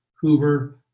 Hoover